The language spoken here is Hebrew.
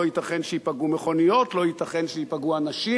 לא ייתכן שייפגעו מכוניות ולא ייתכן שייפגעו אנשים,